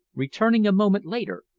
returning a moment later,